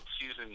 season